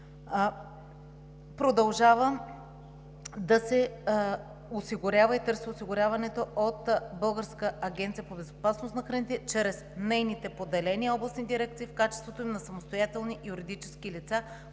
продължават да се осигуряват и да се търси осигуряването от Българската агенция по безопасност на храните чрез нейните поделения и областни дирекции в качеството на самостоятелни юридически лица,